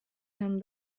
him